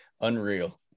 unreal